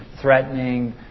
threatening